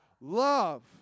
Love